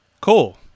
Cool